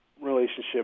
relationship